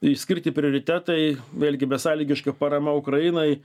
išskirti prioritetai vėlgi besąlygiška parama ukrainai